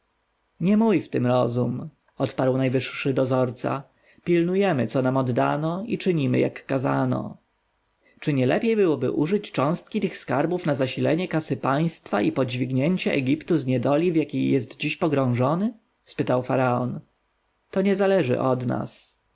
nie mój w tem rozum odparł najwyższy dozorca pilnujemy co nam oddano i czynimy jak kazano czy nie lepiej byłoby użyć cząstki tych skarbów na zasilenie kasy państwa i podźwignięcie egiptu z niedoli w jakiej jest dziś pogrążony spytał faraon to nie zależy od nas